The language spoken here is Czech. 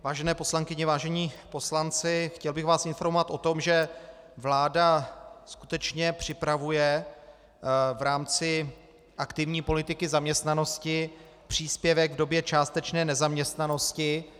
Vážené poslankyně, vážení poslanci, chtěl bych vás informovat o tom, že vláda skutečně připravuje v rámci aktivní politiky zaměstnanosti příspěvek v době částečné nezaměstnanosti.